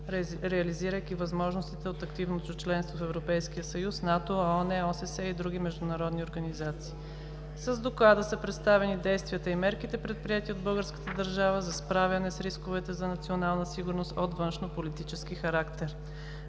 реализирайки възможностите от активното членство в ЕС, НАТО, ООН, ОССЕ и други международни организации. С Доклада са представени действията и мерките, предприети от българската държава, за справяне с рисковете за националната сигурност от външнополитически характер.